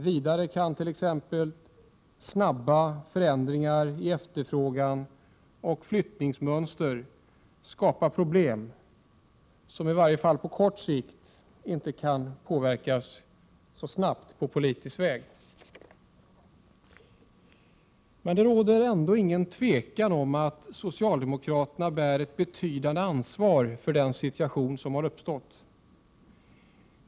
Vidare kan t.ex. snabba förändringar i efterfrågan och flyttningsmönster skapa problem, som i varje fall på kort sikt inte kan påverkas på politisk väg. Det råder ändå inget tvivel om att socialdemokraterna bär ett betydande ansvar för den situation som har uppstått.